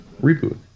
reboot